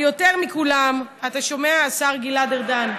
אבל יותר מכולם, אתה שומע, השר גלעד ארדן?